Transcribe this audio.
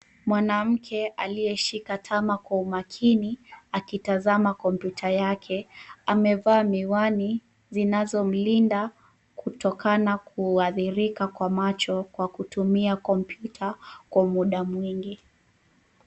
Mwanamke aliyeshika tama kwa makini akitazama kompyuta yake. Amevaa miwani zinazomlinda kutoka kuathirika kwa macho kwa kutumia kompyuta kwa muda mingi.